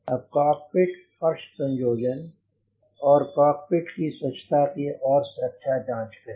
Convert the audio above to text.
अब कॉकपिट के फर्श संयोजन और कॉकपिट की स्वच्छता और सुरक्षा जाँच करें